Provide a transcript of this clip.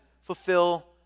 fulfill